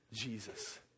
Jesus